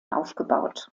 aufgebaut